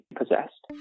possessed